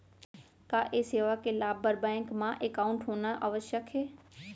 का ये सेवा के लाभ बर बैंक मा एकाउंट होना आवश्यक हे